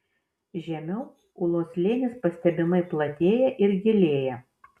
žemiau ūlos slėnis pastebimai platėja ir gilėja